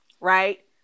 Right